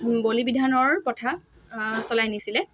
বলি বিধানৰ প্ৰথা চলাই নিছিলে